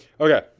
Okay